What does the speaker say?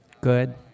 Good